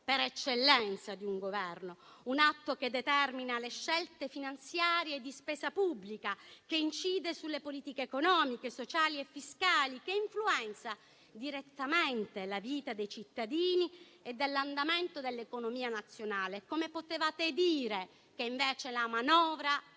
per eccellenza di un Governo, un atto che determina le scelte finanziarie di spesa pubblica, che incide sulle politiche economiche, sociali e fiscali, che influenza direttamente la vita dei cittadini e l'andamento dell'economia nazionale? Come potevate dire che invece la manovra